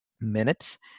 minutes